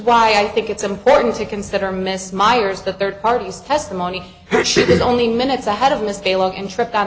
why i think it's important to consider miss miers the third parties testimony or should it only minutes ahead of miss caleb and tripped on